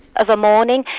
of a morning,